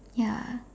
ya